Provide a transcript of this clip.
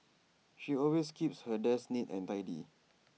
she always keeps her desk neat and tidy